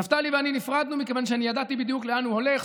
נפתלי ואני נפרדנו מכיוון שאני ידעתי בדיוק לאן הוא הולך.